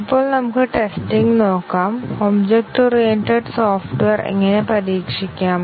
ഇപ്പോൾ നമുക്ക് ടെസ്റ്റിംഗ് നോക്കാം ഒബ്ജക്റ്റ് ഓറിയന്റഡ് സോഫ്റ്റ്വെയർ എങ്ങനെ പരീക്ഷിക്കാം